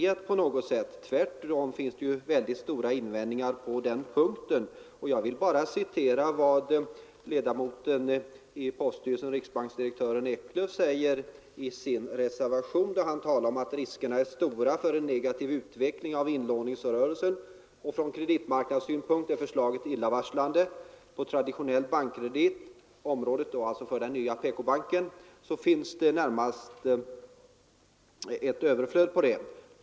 Tvärtom finns det stora invändningar på den punkten. Jag vill bara referera vad ledamoten i poststyrelsen, riksbanksdirektören Eklöf, säger i sin reservation. Han talar om att riskerna är stora för en negativ utveckling av inlåningsrörelsen. Från kreditmarknadssynpunkt är förslaget illavarslande. Traditionell bankkredit — området för den nya PK-banken — finns det närmast ett överflöd på.